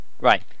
Right